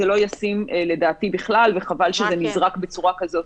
זה לא ישים בכלל לדעתי, וחבל שזה נזרק בצורה כזאת.